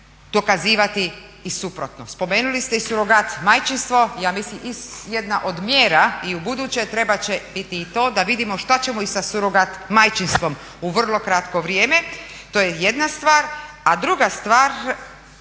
dokazivati i suprotno. Spomenuli ste i surogat majčinstvo, ja mislim i jedna od mjera i u buduće trebat će biti i to da vidimo što ćemo i sa surogat majčinstvom u vrlo kratko vrijeme. To je jedna stvar. A druga stvar,